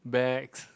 bags